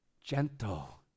gentle